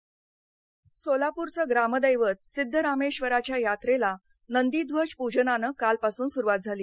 सोलापर यात्रा सोलापुरचे ग्रामदैवत सिध्दरामेश्वराच्या यात्रेला नंदिध्वज पूजनानं कालपासून सुरुवात झाली